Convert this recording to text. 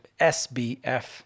SBF